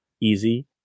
easy